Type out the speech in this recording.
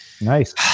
Nice